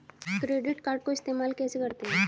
Credit card को इस्तेमाल कैसे करते हैं?